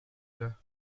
cela